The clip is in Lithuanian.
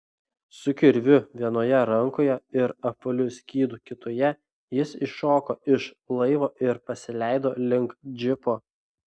su kirviu vienoje rankoje ir apvaliu skydu kitoje jis iššoko iš laivo ir pasileido link džipo